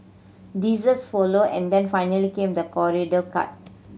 desserts followed and then finally came the cart